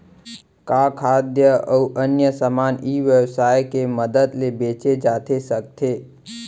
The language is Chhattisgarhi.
का खाद्य अऊ अन्य समान ई व्यवसाय के मदद ले बेचे जाथे सकथे?